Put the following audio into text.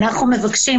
התאגיד